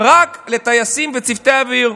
רק לטייסים וצוותי אוויר,